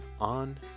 on